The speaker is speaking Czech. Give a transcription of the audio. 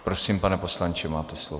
Prosím, pane poslanče, máte slovo.